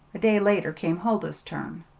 a day later came huldah's turn.